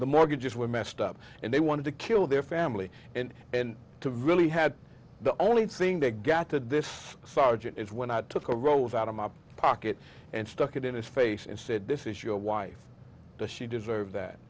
the mortgages were messed up and they wanted to kill their family and to really had the only thing they got that this sergeant is when i took a road out of my pocket and stuck it in his face and said this is your wife does she deserve that